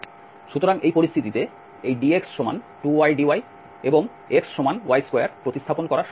সুতরাং এই পরিস্থিতিতে এই dx 2ydy এবং xy2 প্রতিস্থাপন করা সহজ